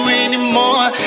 anymore